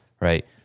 right